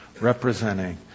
representing